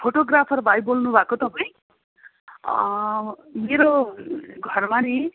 photographer भाइ बोल्नु भएको तपाईँ मेरो घरमा नि